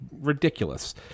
ridiculous